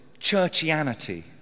churchianity